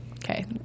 Okay